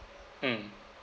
mm